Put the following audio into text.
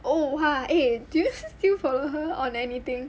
oh !wah! eh do you still follow her on anything